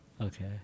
okay